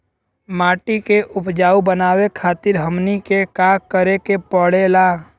माटी के उपजाऊ बनावे खातिर हमनी के का करें के पढ़ेला?